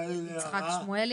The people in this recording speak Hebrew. רבה.